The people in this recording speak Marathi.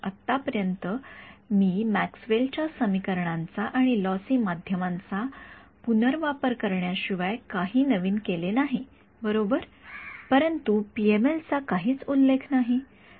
आतापर्यंत मी मॅक्सवेलच्या समीकरणांचा आणि लॉसी माध्यमांचा पुनर्वापर करण्याशिवाय काही नवीन केले नाही बरोबर परंतु पीएमएल चा काहीच उल्लेख नाही